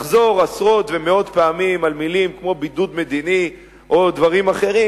לחזור עשרות ומאות פעמים על מלים כמו "בידוד מדיני" או דברים אחרים,